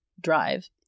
drive